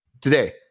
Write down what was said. Today